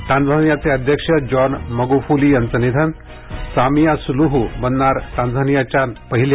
टांझानियाचे अध्यक्ष John Magufuli यांचं निधन सामिया सुलुहु बनणार टांझानियाच्या पहिल्या